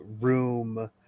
room